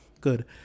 Good